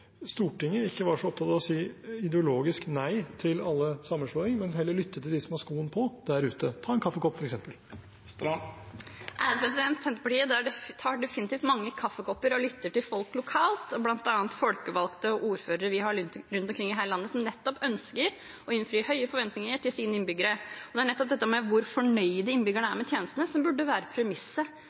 Stortinget ikke var så opptatt av å si ideologisk nei til all sammenslåing, men heller lytter til dem som har skoen på der ute. Ta en kaffekopp, f.eks. Senterpartiet tar definitivt mange kaffekopper og lytter til folk lokalt, bl.a. folkevalgte ordførere vi har rundt om i hele landet, som nettopp ønsker å innfri de høye forventningene til sine innbyggere. Det er nettopp det med hvor fornøyd innbyggerne er med tjenestene, som burde være premisset.